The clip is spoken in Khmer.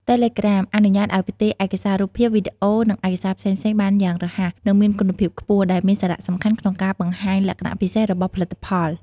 តេឡេក្រាមអនុញ្ញាតឱ្យផ្ទេរឯកសាររូបភាព វីដេអូ និងឯកសារផ្សេងៗបានយ៉ាងរហ័ស និងមានគុណភាពខ្ពស់ ដែលមានសារៈសំខាន់ក្នុងការបង្ហាញលក្ខណៈពិសេសរបស់ផលិតផល។